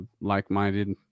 like-minded